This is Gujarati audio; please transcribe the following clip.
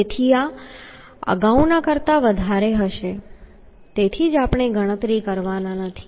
તેથી આ અગાઉના કરતા વધારે હશે તેથી જ આપણે ગણતરી કરવાના નથી